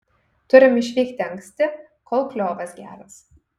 turim išvykti anksti kol kliovas geras